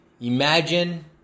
imagine